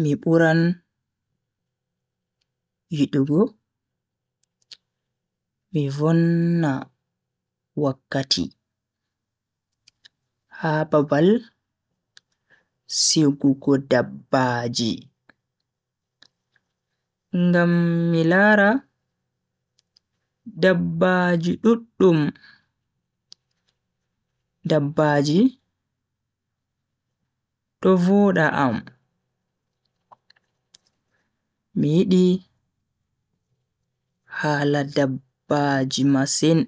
Mi buran yidugo mi vonna wakkati ha babal sigugo dabbaaji, ngam mi lara dabbaaji duddum. dabbaaji do voda am mi yidi hala dabbaji masin.